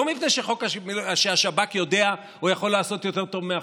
לא מפני שהשב"כ יודע או יכול לעשות יותר טוב מאחרים,